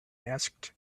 asked